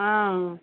ஆ